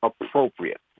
appropriate